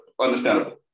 Understandable